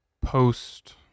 post